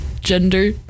Gender